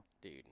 Dude